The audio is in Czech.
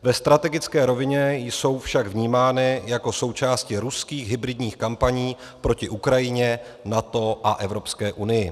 Ve strategické rovině jsou však vnímány jako součásti ruských hybridních kampaní proti Ukrajině, NATO a Evropské unii.